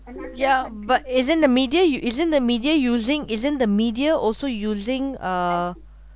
yeah but isn't the media u~ isn't the media using isn't the media also using uh